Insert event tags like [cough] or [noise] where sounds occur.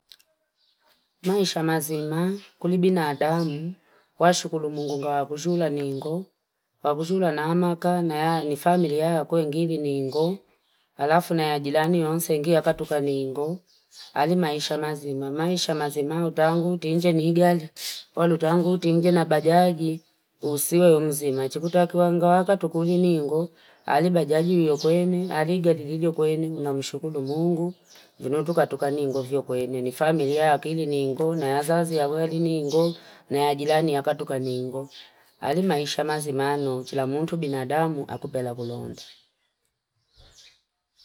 [noise] Maisha mazima kulibi na adamu wa shukuru mungu kwa wakujula ningo wakujula na amaka na ya ni familya ya kwengiri ningo alafu na ya jilani yonse ngea katuka ningo hali maisha mazima maisha mazima utangu t'inje ni higali walu utangu t'inje na bajagi usiwe yo muzima chikutaki wangawaka tukuri ningo hali bajagi wiyo kwenye hali gyaligidio kwenye na mshukuru mungu jinotuka tuka ningo viyo kwenye ni familya ya kili ningo na ya zazi ya weli ningo na ya jilani ya katuka ningo hali maisha mazima no chila muntu binadamu hakupela kulonda [noise]